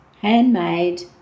Handmade